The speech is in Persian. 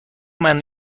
منو